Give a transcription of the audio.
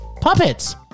puppets